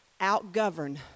outgovern